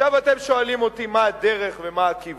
עכשיו אתם שואלים אותי מה הדרך ומה הכיוון.